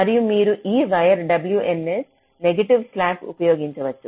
మరియు మీరు ఈ వైర్ WNS నెగటివ్ స్లాక్ ఉపయోగించవచ్చు